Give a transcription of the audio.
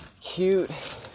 cute